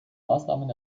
maßnahmen